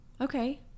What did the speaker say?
Okay